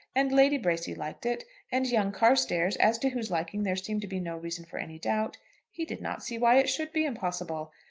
and lady bracy liked it and young carstairs, as to whose liking there seemed to be no reason for any doubt he did not see why it should be impossible.